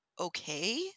okay